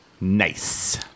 Nice